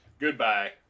Goodbye